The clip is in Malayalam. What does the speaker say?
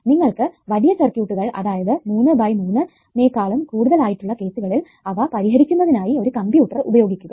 നിങ്ങൾക്ക് വലിയ സർക്യൂട്ടുകൾ അതായത് 3 ബൈ 3 നേക്കാളും കൂടുതൽ ആയിട്ടുള്ള കേസുകളിൽ അവ പരിഹരിക്കുന്നതിനായി ഒരു കമ്പ്യൂട്ടർ ഉപയോഗിക്കുക